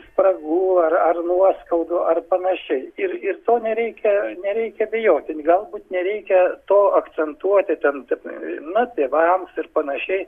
spragų ar ar nuoskaudų ar panašiai ir ir to nereikia nereikia bijoti galbūt nereikia to akcentuoti ten na tėvams ir panašiai